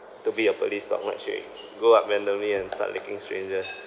to be a police dog like she go out randomly and start licking strangers